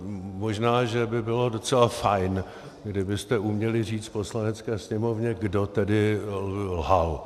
Možná že by bylo docela fajn, kdybyste uměli říct Poslanecké sněmovně, kdo tedy lhal.